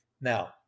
now